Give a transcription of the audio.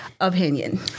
opinion